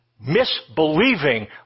Misbelieving